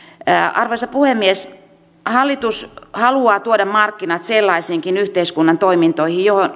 arvoisa puhemies hallitus haluaa tuoda markkinat sellaisiinkin yhteiskunnan toimintoihin